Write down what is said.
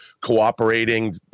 cooperating